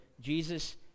Jesus